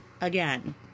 again